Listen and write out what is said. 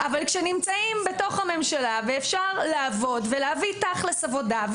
אבל כשנמצאים בתוך הממשלה, ואפשר לעבוד ולבצע